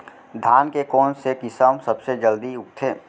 धान के कोन से किसम सबसे जलदी उगथे?